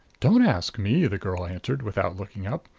don't ask me, the girl answered, without looking up.